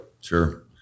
Sure